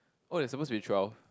oh there supposed to be twelve